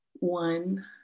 One